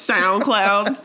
SoundCloud